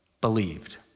believed